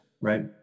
right